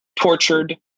Tortured